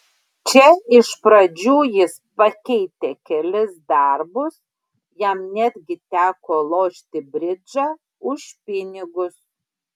čia iš pradžių jis pakeitė kelis darbus jam netgi teko lošti bridžą už pinigus